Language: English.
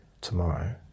tomorrow